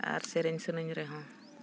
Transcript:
ᱟᱨ ᱥᱮᱨᱮᱧ ᱥᱟᱹᱱᱟᱹᱧ ᱨᱮᱦᱚᱸ